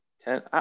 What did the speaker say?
ten